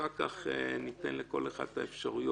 ואחר כך ניתן לכל אחד את האפשרויות